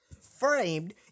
Framed